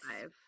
five